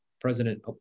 President